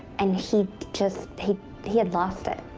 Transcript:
and he just he he had lost it.